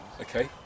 Okay